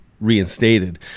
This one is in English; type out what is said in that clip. reinstated